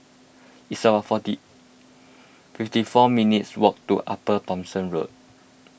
it's about forty fifty four minutes' walk to Upper Thomson Road